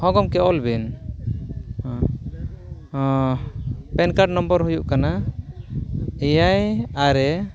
ᱦᱳᱭ ᱜᱚᱢᱠᱮ ᱚᱞᱵᱤᱱ ᱯᱮᱱ ᱠᱟᱨᱰ ᱱᱚᱢᱵᱚᱨ ᱦᱩᱭᱩᱜ ᱠᱟᱱᱟ ᱮᱭᱟᱭ ᱟᱨᱮ